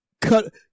cut